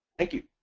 thank you.